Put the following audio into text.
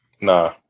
nah